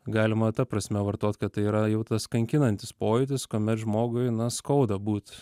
galima ta prasme vartot kad tai yra jau tas kankinantis pojūtis kuomet žmogui na skauda būt